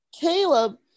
Caleb